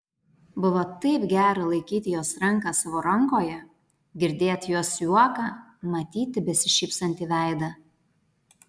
buvo taip gera laikyti jos ranką savo rankoje girdėt jos juoką matyti besišypsantį veidą